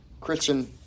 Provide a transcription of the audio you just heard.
Christian